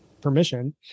permission